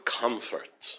comfort